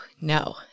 no